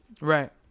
Right